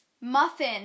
muffin